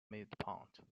midpoint